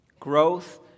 Growth